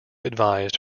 advised